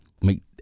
make